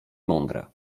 mądre